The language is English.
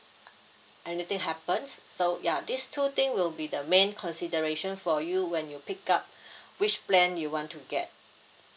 anything happens so ya these two thing will be the main consideration for you when you pick up which plan you want to get